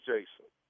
Jason